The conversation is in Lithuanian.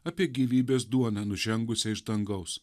apie gyvybės duoną nužengusią iš dangaus